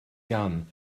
gan